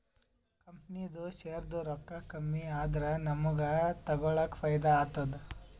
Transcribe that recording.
ಕಂಪನಿದು ಶೇರ್ದು ರೊಕ್ಕಾ ಕಮ್ಮಿ ಆದೂರ ನಮುಗ್ಗ ತಗೊಳಕ್ ಫೈದಾ ಆತ್ತುದ